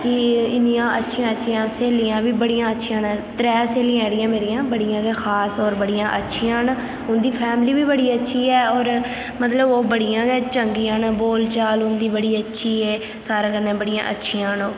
कि इन्नियां अच्छियां अच्छियां स्हेलियां बी बड़ियां अच्छियां न त्रै स्हेलियां जेह्ड़ियां मेरियां बड़ियां गै खास होर बड़ियां अच्छियां न उंदी फैमिली बी बड़ी अच्छी ऐ होर मतलब ओह् बड़ियां गै चंगियां न बोलचाल उंदी बड़ी अच्छी ऐ सारें कन्नै बड़ियां अच्छियां न ओह्